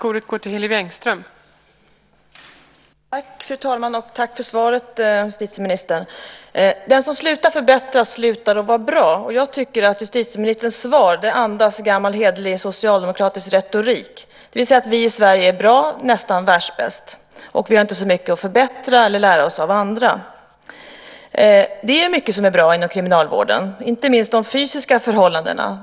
Fru talman! Tack för svaret, justitieministern. Den som slutar förbättra, slutar att vara bra. Jag tycker att justitieministerns svar andas gammal hederlig socialdemokratisk retorik, det vill säga att vi i Sverige är bra, nästan världsbäst, och att vi inte har så mycket att förbättra eller lära oss av andra. Det är mycket som är bra inom kriminalvården, inte minst de fysiska förhållandena.